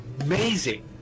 amazing